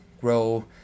grow